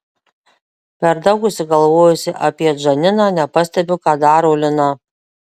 per daug užsigalvojusi apie džaniną nepastebiu ką daro lina